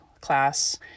class